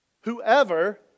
Whoever